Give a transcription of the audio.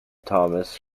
thomas